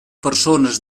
persones